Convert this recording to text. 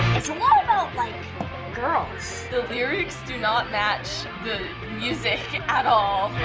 it's a lot about like girls. the lyrics do not match the music at all.